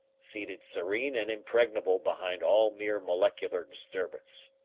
seated serene and impregnable behind all mere molecular disturbance.